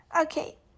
Okay